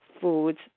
foods